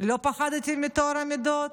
לא פחדתם על טוהר המידות?